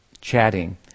chatting